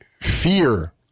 fear